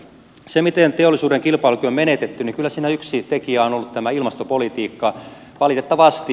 siinä miten teollisuuden kilpailukyky on menetetty kyllä yksi tekijä on ollut tämä ilmastopolitiikka valitettavasti